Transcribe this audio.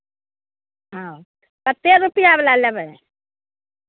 हँ कतेक रुपैआवला लेबै